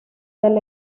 del